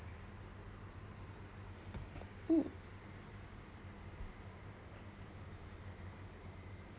mm